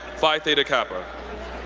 phi theta kappa.